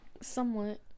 Somewhat